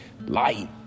light